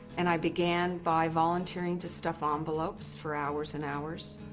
and i began by volunteering to stuff ah envelopes for hours and hours.